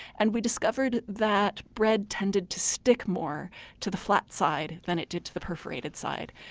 and we discovered that bread tended to stick more to the flat side than it did to the perforated side.